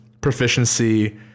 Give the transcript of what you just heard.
Proficiency